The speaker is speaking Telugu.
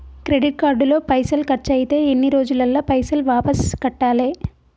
క్రెడిట్ కార్డు లో పైసల్ ఖర్చయితే ఎన్ని రోజులల్ల పైసల్ వాపస్ కట్టాలే?